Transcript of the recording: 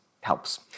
helps